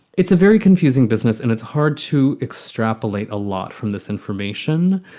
it's a very confusing business and it's hard to extrapolate a lot from this information.